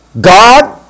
God